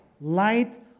Light